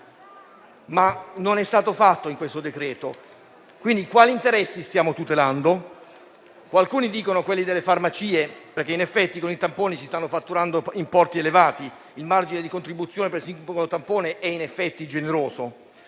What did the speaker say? non è stato realizzato nel decreto-legge. Quali interessi stiamo tutelando? Qualcuno dice quelli delle farmacie, perché in effetti con i tamponi si stanno fatturando importi elevati. Il margine di contribuzione per singolo tampone è in effetti generoso.